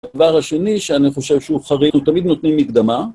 הדבר השני שאני חושב שהוא חריג, הוא תמיד נותנים מקדמה